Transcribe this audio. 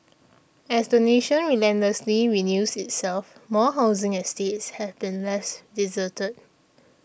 as the nation relentlessly renews itself more housing estates have been left deserted